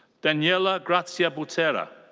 daniela grazia butera.